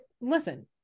listen